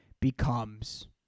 becomes